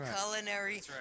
Culinary